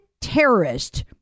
terrorist